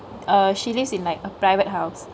err she lives in like a private house